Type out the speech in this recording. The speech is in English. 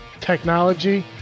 technology